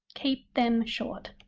keep them short.